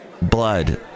Blood